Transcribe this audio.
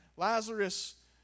Lazarus